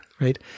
Right